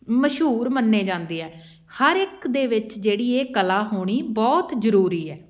ਮਸ਼ਹੂਰ ਮੰਨੇ ਜਾਂਦੇ ਆ ਹਰ ਇੱਕ ਦੇ ਵਿੱਚ ਜਿਹੜੀ ਇਹ ਕਲਾ ਹੋਣੀ ਬਹੁਤ ਜ਼ਰੂਰੀ ਹੈ